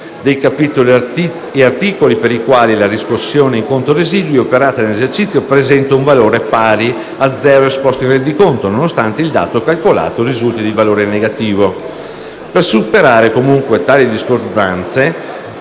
dei capitoli e articoli per i quali la riscossione in conto residui operata nell'esercizio presenta un valore pari a zero esposto in rendiconto, nonostante il dato calcolato risulti di valore negativo. Per superare tali discordanze,